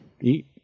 eat